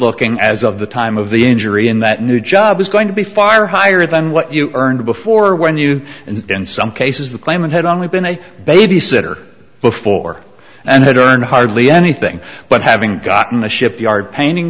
looking as of the time of the injury in that new job is going to be far higher than what you earned before when you and in some cases the claimant had only been a babysitter before and had earned hardly anything but having gotten a shipyard painting